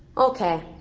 ok.